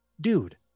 Dude